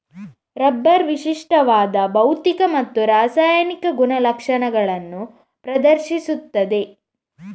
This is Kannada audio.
ರಬ್ಬರ್ ವಿಶಿಷ್ಟವಾದ ಭೌತಿಕ ಮತ್ತು ರಾಸಾಯನಿಕ ಗುಣಲಕ್ಷಣಗಳನ್ನು ಪ್ರದರ್ಶಿಸುತ್ತದೆ